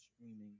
streaming